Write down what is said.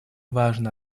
важно